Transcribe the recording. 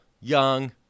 young